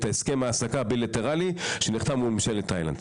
הסכם ההעסקה הבילטרלי שנחתם מול ממשלת תאילנד.